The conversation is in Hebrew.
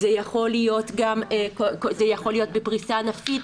זה יכול להיות בפרישה ענפית,